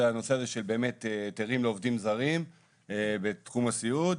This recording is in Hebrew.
הנושא של היתרים לעובדים זרים בתחום הסיעוד,